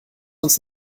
uns